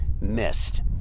missed